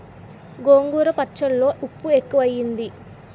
గోంగూర పచ్చళ్ళో ఉప్పు ఎక్కువైంది